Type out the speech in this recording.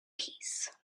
peace